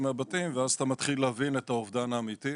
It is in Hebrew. מהבתים ואז אתה מתחיל להבין את האובדן האמיתי,